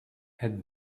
het